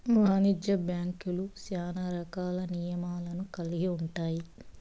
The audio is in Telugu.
వాణిజ్య బ్యాంక్యులు శ్యానా రకాల నియమాలను కల్గి ఉంటాయి